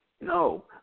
No